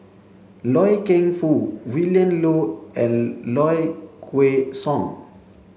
Loy Keng Foo Willin Low and Low Kway Song